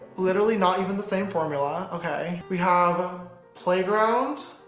literally not even the same formula okay we have playground